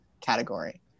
category